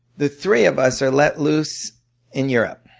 the three of us are let loose in europe.